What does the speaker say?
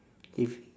if